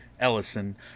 Ellison